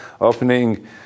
opening